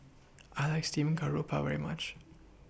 I like Steamed Garoupa very much